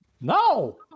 No